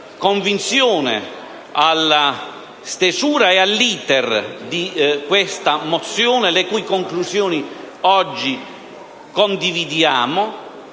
convinzione alla stesura e all'*iter* di questa mozione, le cui conclusioni oggi condividiamo,